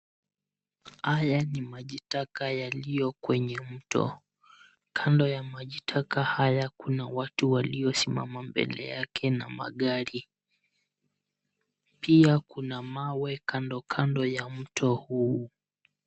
Haya ni majitaka yaliyo kwenye mto. Kando ya majitaka haya kuna watu waliosimama mbele yake na magari. Pia kuna mawe kando kando ya mto huo.